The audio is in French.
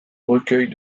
recueils